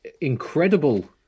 incredible